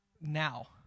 now